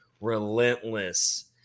relentless